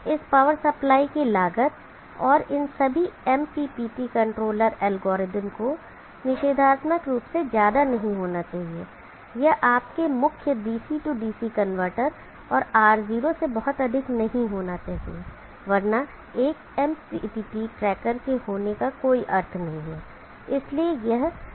इस power supply की लागत और इन सभी MPPT कंट्रोलर एल्गोरिदम को निषेधात्मक रूप से ज्यादा नहीं होना चाहिए यह आपके मुख्य DC DC कनवर्टर और R0 से बहुत अधिक नहीं होना चाहिए वरना एक MPPT ट्रैकर के होने का कोई अर्थ नहीं है